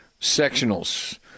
sectionals